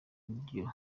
naryo